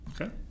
Okay